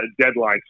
deadline